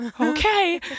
Okay